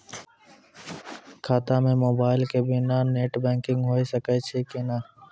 खाता म मोबाइल के बिना भी नेट बैंकिग होय सकैय छै कि नै?